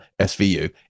svu